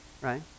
right